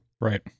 Right